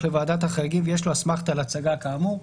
לוועדת החריגים ויש לו אסמכתה על הצגה כאמור,